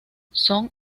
son